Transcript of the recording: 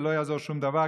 ולא יעזור שום דבר,